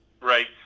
right